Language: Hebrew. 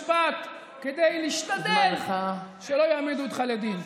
אתה צריך לשלם פרוטקשן למערכת המשפט כדי להשתדל שלא יעמידו אותך לדין.